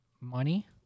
money